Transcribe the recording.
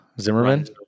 Zimmerman